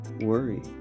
Worry